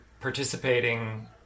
participating